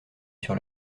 sur